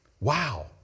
Wow